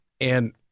And-